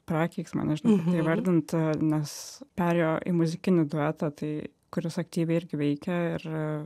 prakeiksmą nežinau kaip tai įvardint nes perėjo į muzikinį duetą tai kuris aktyviai ir veikia ir